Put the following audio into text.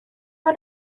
حال